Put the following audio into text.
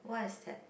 what is that